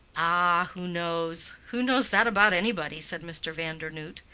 ah, who knows? who knows that about anybody? said mr. vandernoodt,